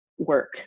work